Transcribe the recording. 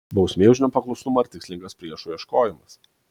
bausmė už nepaklusnumą ar tikslingas priešų ieškojimas